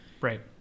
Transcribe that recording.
Right